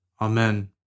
Amen